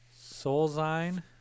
soulzine